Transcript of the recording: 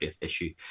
issue